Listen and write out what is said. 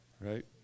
Right